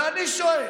ואני שואל: